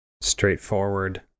straightforward